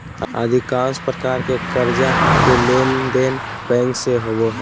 अधिकांश प्रकार के कर्जा के लेनदेन बैंक से होबो हइ